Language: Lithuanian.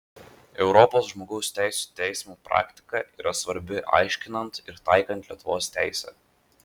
europos žmogaus teisių teismo praktika yra svarbi aiškinant ir taikant lietuvos teisę